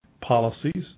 policies